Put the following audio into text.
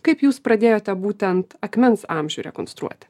kaip jūs pradėjote būtent akmens amžių rekonstruoti